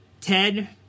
Ted